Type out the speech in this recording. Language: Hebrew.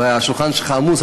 והשולחן שלך עמוס,